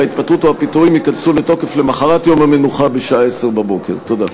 וההתפטרות או הפיטורין ייכנסו לתוקף למחרת יום המנוחה בשעה 10:00. תודה.